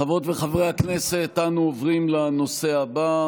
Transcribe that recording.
חברות וחברי הכנסת, אנו עוברים לנושא הבא